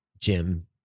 jim